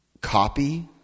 copy